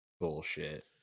bullshit